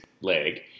leg